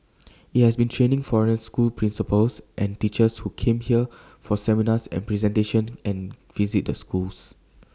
IT has been training foreign school principals and teachers who came here for seminars and presentations and visit the schools